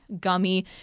gummy